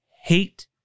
hate